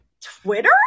Twitter